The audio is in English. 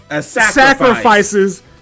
sacrifices